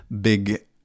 big